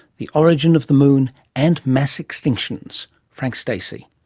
the origin of the moon and mass extinctions. frank stacey.